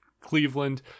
Cleveland